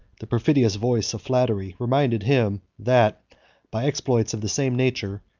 the perfidious voice of flattery reminded him, that by exploits of the same nature,